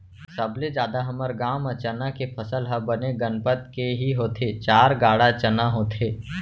सबले जादा हमर गांव म चना के फसल ह बने गनपत के ही होथे चार गाड़ा चना होथे